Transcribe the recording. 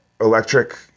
electric